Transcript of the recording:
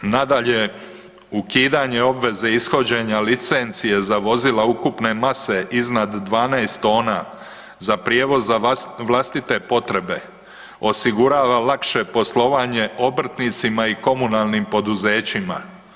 Nadalje, ukidanje obveze ishođenja licencije za vozila ukupne mase iznad 12 tona za prijevoz za vlastite potrebe osigurava lakše poslovanje obrtnicima i komunalnim poduzećima.